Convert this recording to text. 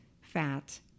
fat